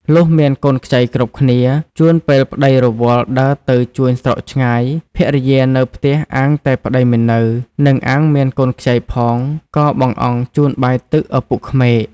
លុះមានកូនខ្ចីគ្រប់គ្នា ជួនពេលប្ដីរវល់ដើរទៅជួញស្រុកឆ្ងាយភរិយានៅផ្ទះអាងតែប្តីមិននៅ និងអាងមានកូនខ្ចីផងក៏បង្អង់ជូនបាយទឹកឪពុកក្មេក។